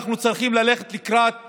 אנחנו צריכים ללכת לקראת